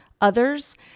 others